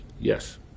Yes